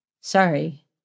Sorry